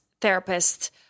therapist